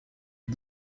est